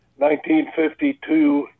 1952